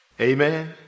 Amen